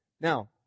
Now